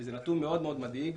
וזה נתון מאוד מאוד מדאיג,